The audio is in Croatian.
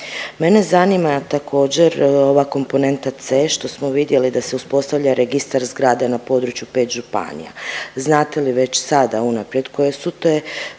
Mene zanima također, ova komponenta C, što smo vidjeli da se uspostavlja registar zgrade na području 5 županija. Znate li već sada unaprijed koje su te